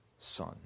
son